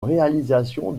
réalisation